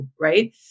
right